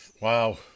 wow